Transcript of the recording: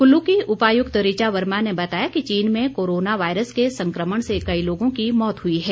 कुल्लू की उपायुक्त ऋचा वर्मा ने बताया कि चीन में कोरोना वायरस के संक्रमण से कई लोगों की मौत हुई है